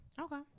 okay